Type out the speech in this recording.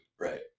Right